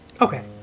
Okay